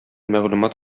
мәгълүмат